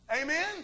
Amen